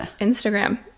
Instagram